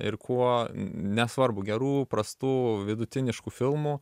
ir kuo nesvarbu gerų prastų vidutiniškų filmų